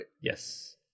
Yes